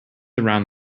around